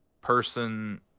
person